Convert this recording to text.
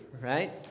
right